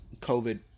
covid